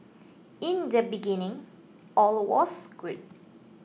in the beginning all was good